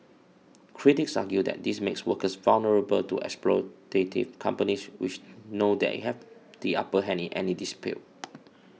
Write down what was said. critics argue that this makes workers vulnerable to exploitative companies which know they have the upper hand in any dispute